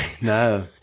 No